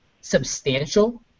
substantial